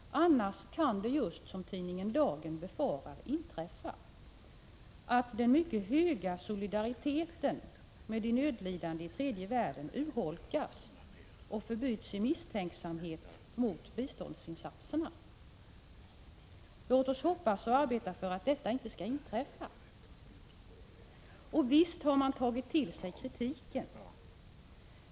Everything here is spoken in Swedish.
Annars kan just det som tidningen Dagen befarar inträffa, att den mycket höga solidariteten med de nödlidande i tredje världen urholkas och förbyts i misstänksamhet mot biståndsinsatserna. Låt oss hoppas och arbeta för att detta inte skall inträffa. Visst har man tagit till sig kritiken.